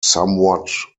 somewhat